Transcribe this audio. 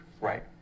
right